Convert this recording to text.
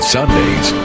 Sundays